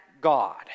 God